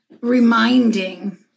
reminding